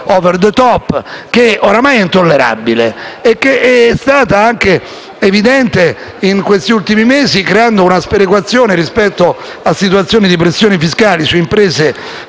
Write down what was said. che oramai è intollerabile e che è stata evidente anche in questi ultimi mesi, creando una sperequazione rispetto a situazioni di pressioni fiscali intollerabili